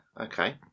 okay